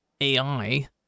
AI